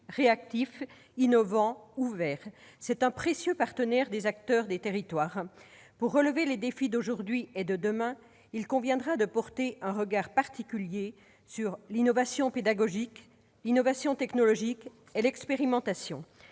réactif, innovant et ouvert. Il s'agit d'un précieux partenaire des acteurs des territoires. Pour relever les défis d'aujourd'hui et de demain, il conviendra de porter un regard particulier sur l'innovation tant pédagogique que technologique et sur l'expérimentation.